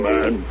Man